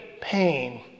pain